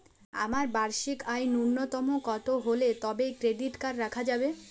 আমার বার্ষিক আয় ন্যুনতম কত হলে তবেই ক্রেডিট কার্ড রাখা যাবে?